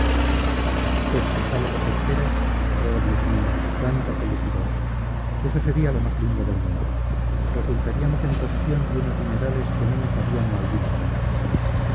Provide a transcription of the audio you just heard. pues si sale lo que esperas oh dios mío cuánta felicidad eso sería lo más lindo del mundo resultaríamos en posesión de unos dinerales que no nos harían maldita falta